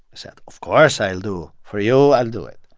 said, of course i'll do. for you, i'll do it.